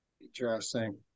Interesting